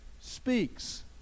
speaks